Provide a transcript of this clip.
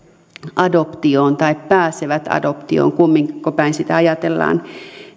adoptioon tai pääsevät adoptioon kumminko päin sitä ajatellaan